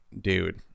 dude